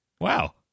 Wow